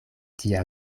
tia